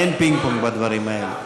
אין פינג-פונג בדברים האלה.